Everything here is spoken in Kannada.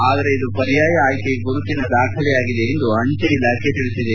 ಆದರೆ ಇದು ಪರ್ಯಾಯ ಆಯ್ಕೆಯ ಗುರುತಿನ ದಾಖಲೆಯಾಗಿದೆ ಎಂದು ಅಂಚೆ ಇಲಾಖೆ ತಿಳಿಸಿದೆ